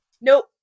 Nope